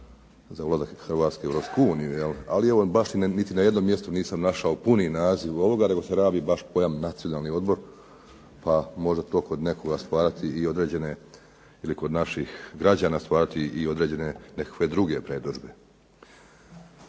za ulazak Hrvatske u Europsku uniju. Ali evo baš niti na jednom mjestu nisam našao puni naziv ovoga, nego se rabi baš Nacionalni odbor, pa može to kod nekoga ili kod naših građana stvarati određene nekakve druge predodžbe.